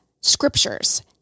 scriptures